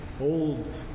Old